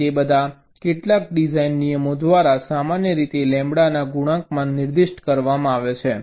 અને તે બધા કેટલાક ડિઝાઇન નિયમો દ્વારા સામાન્ય રીતે લેમ્બડાના ગુણાંકમાં નિર્દિષ્ટ કરવામાં આવે છે